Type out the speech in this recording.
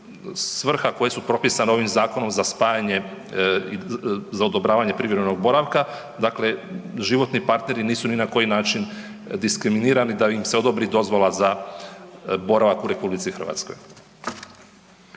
svrha koje su propisane ovim zakonom za spajanje, za odobravanje privremenog boravka, dakle životni partneri nisu ni na koji način diskriminirani da im se odobri dozvola za boravak u RH.